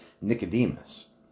Nicodemus